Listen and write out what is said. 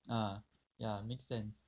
ah ya makes sense